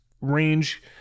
range